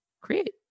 create